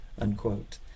unquote